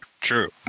true